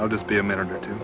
i'll just be a minute or two